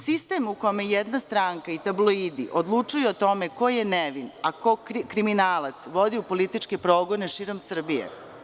Sistem u kome jedna stranka i tabloidi odlučuju o tome ko je nevin a ko kriminalac, vode u političke progone širom Srbije.